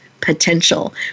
potential